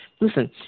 Listen